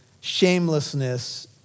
shamelessness